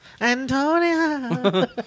Antonia